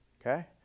Okay